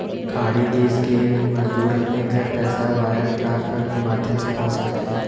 खाड़ी देश के मजदूर अपने घर पैसा वायर ट्रांसफर के माध्यम से पहुंचाते है